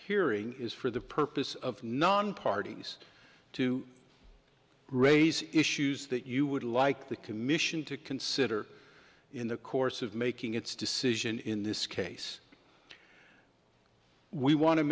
hearing is for the purpose of non parties to raise issues that you would like the commission to consider in the course of making its decision in this case we want to